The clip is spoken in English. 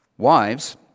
Wives